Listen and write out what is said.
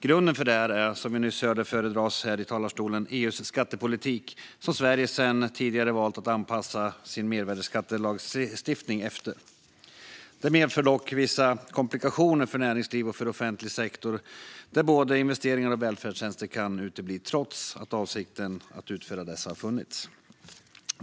Grunden för detta är EU:s skattepolitik, som Sverige sedan tidigare valt att anpassa sin mervärdesskattelagstiftning efter. Det medför dock vissa komplikationer för näringsliv och för offentlig sektor, där både investeringar och välfärdstjänster kan utebli, trots att avsikten att utföra dessa funnits.